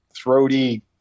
throaty